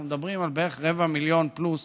אנחנו מדברים על בערך רבע מיליון פלוס